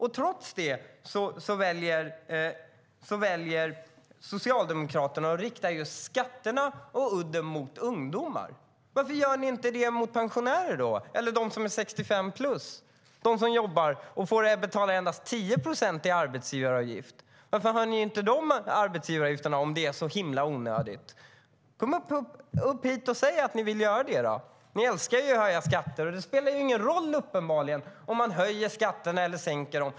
Trots det väljer Socialdemokraterna att rikta just skatterna och udden mot ungdomar. Varför gör ni inte det mot pensionärer eller de som är 65-plus och jobbar? För dem behöver man betala endast 10 procent i arbetsgivaravgift. Varför höjer ni inte de arbetsgivaravgifterna om det är så himla onödigt? Kom upp hit i talarstolen och säg att ni vill göra det! Ni älskar ju att höja skatter, och det spelar uppenbarligen ingen roll om man höjer eller sänker skatterna.